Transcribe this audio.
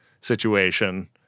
situation